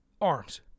arms